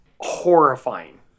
horrifying